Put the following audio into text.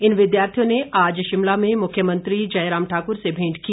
इन विद्यार्थियों ने आज शिमला में मुख्यमंत्री जयराम ठाकर से भेंट की